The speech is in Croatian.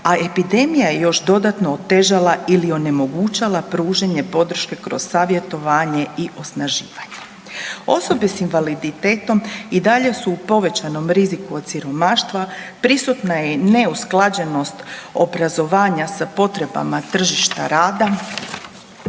a epidemija je još dodatno otežala ili onemogućala pružanje podrške kroz savjetovanje i osnaživanje. Osobe s invaliditetom i dalje su u povećanom riziku od siromaštva, prisutna je i neusklađenost obrazovanja sa potrebama tržišta rada,